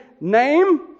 name